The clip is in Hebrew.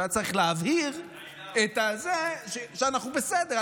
והיה צריך להבהיר את זה שאנחנו בסדר,